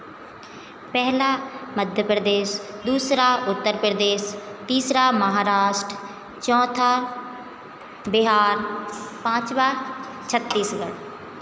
पहला मध्य प्रदेश दूसरा उत्तर प्रदेश तीसरा महाराष्ट्र चौथा बिहार पाँचवाँ छत्तीसगढ़